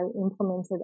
implemented